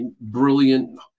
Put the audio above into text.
brilliant